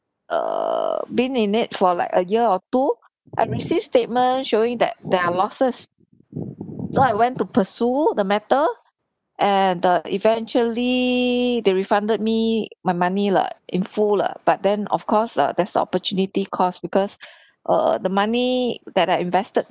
err been in it for like a year or two I receive statement showing that there are losses so I went to pursue the matter and uh eventually they refunded me my money lah in full lah but then of course uh there's the opportunity cost because err the money that I invested